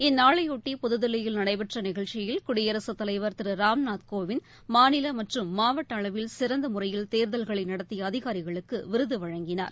இந்நாளையொட்டி புதுதில்லியில் நடைபெற்ற நிகழ்ச்சியில் குடியரசுத் தலைவர் திரு ராம்நாத் கோவிந்த் மாநில மற்றும் மாவட்ட அளவில் சிறந்த முறையில் தேர்தல்களை நடத்திய அதிகாரிகளுக்கு விருது வழங்கினார்